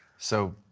so,